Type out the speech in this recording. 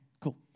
cool